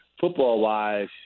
Football-wise